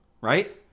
right